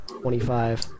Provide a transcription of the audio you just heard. twenty-five